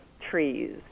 trees